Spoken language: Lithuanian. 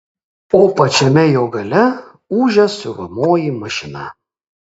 o pačiame jo gale ūžia siuvamoji mašina